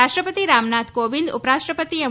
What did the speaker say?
રાષ્ટ્રપતિ રામનાથ કોવિંદ ઉપરાષ્ટ્રપતિ એમ